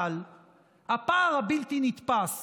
אבל הפער הבלתי-נתפס